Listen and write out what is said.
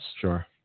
Sure